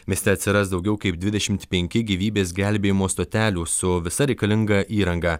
mieste atsiras daugiau kaip dvidešimt penki gyvybės gelbėjimo stotelių su visa reikalinga įranga